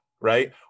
right